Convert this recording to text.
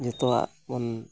ᱡᱚᱛᱚᱣᱟᱜ ᱵᱚᱱ